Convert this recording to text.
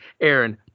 Aaron